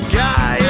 guy